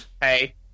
Hey